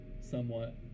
somewhat